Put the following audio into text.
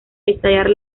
estallar